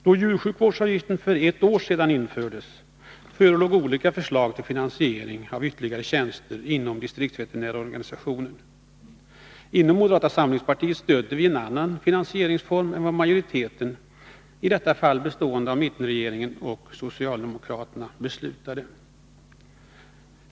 Då djursjukvårdsavgiften infördes för ett år sedan, förelåg olika förslag till finansiering av ytterligare tjänster inom distriktsveterinärorganisationen. Vi inom moderata samlingspartiet stödde en annan finansieringsform än den majoriteten — vid det tillfället bestående av mittenregeringen och socialdemokraterna — beslutade.